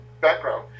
background